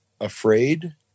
afraid